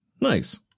Nice